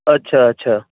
अच्छा अच्छा